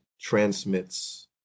transmits